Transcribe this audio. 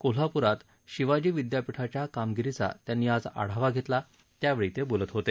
कोल्हापूरात शिवाजी विद्यापीठाच्या कामगिरीचा त्यांनी आज आढावा घेतला त्यावेळी ते बोलत होते